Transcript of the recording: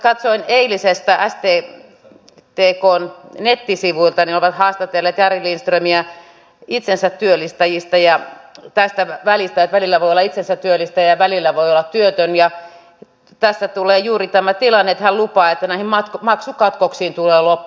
katsoin eilisiltä sttkn nettisivuilta että ovat haastatelleet jari lindströmiä itsensä työllistäjistä ja tästä välistä että välillä voi olla itsensä työllistäjä ja välillä voi olla työtön ja tässä tulee juuri tämä tilanne että hän lupaa että näihin maksukatkoksiin tulee loppu